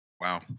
wow